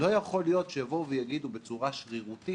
לא יכול להיות שיגידו בצורה שרירותית: